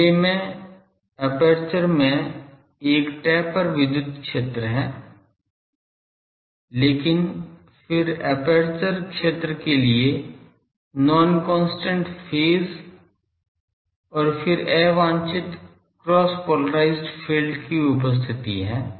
पहले मैं एपर्चर में एक टेपर विद्युत क्षेत्र है फिर एपर्चर क्षेत्र के लिए नॉन कांस्टेंट फेज और फिर अवांछित क्रॉस पोलरिज़्ड फील्ड की उपस्थिति है